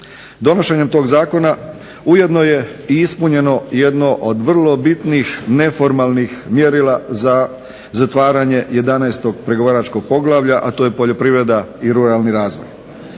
Donošenjem tog Zakona ujedno je ispunjeno jedno od vrlo bitnih neformalnih mjerila za zatvaranje 11. pregovaračkog poglavlja a to je poljoprivreda i ruralni razvoj.